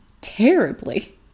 terribly